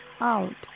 out